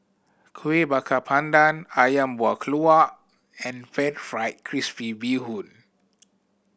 Kuih Bakar Pandan Ayam Buah Keluak and Pan Fried Crispy Bee Hoon